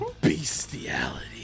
Bestiality